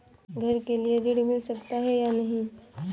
घर के लिए ऋण मिल सकता है या नहीं?